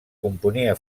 componia